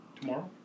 Tomorrow